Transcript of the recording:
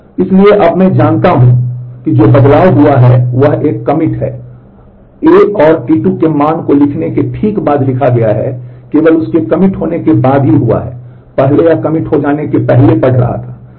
इसलिए अब मैं जानता हूं कि जो बदलाव हुआ है वह एक कमिट है A और टी 2 के मान को लिखने के ठीक बाद लिखा है कि केवल उसके कमिट होने के बाद ही हुआ है पहले यह कमिट हो जाने के पहले पढ़ रहा था